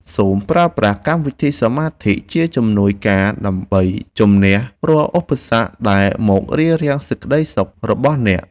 សូមប្រើប្រាស់កម្មវិធីសមាធិជាជំនួយការដើម្បីជម្នះរាល់ឧបសគ្គដែលមករារាំងសេចក្តីសុខរបស់អ្នក។